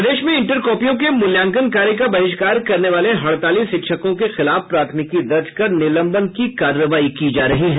प्रदेश में इंटर कॉपियों के मूल्यांकन कार्य का बहिष्कार करने वाले हड़ताली शिक्षकों के खिलाफ प्राथमिकी दर्ज कर निलंबन की कार्रवाई की जा रही है